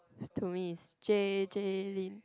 to me J J Lin